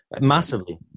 massively